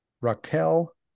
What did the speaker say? Raquel